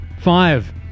Five